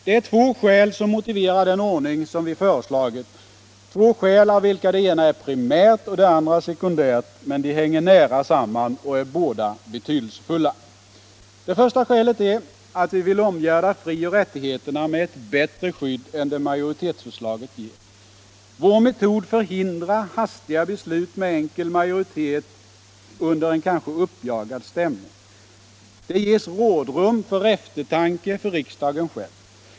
Det är två skäl som motiverar den ordning som vi föreslagit, av vilka det ena är primärt, det andra sekundärt. Men de hänger nära samman och är båda betydelsefulla. Det första skälet är att vi vill omgärda frioch rättigheterna med ett bättre skydd än det majoritetsförslaget ger. Vår metod förhindrar hastiga beslut med enkel majoritet under en kanske uppjagad stämning. Det gés rådrum för eftertanke för riksdagen själv.